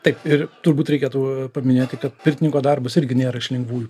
taip ir turbūt reikėtų paminėti kad pirtininko darbas irgi nėra iš lengvųjų